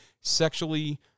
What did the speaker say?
sexually